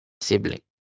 Sibling